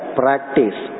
practice